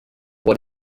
what